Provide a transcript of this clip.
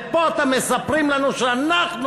ופה אתם מספרים לנו שאנחנו,